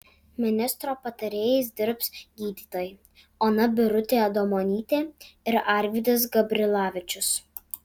ministro patarėjais dirbs gydytojai ona birutė adomonytė ir arvydas gabrilavičius